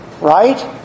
right